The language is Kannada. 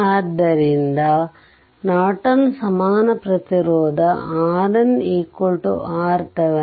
ಆದ್ದರಿಂದ ನಾರ್ಟನ್ ಸಮಾನ ಪ್ರತಿರೋಧ RN RThevenin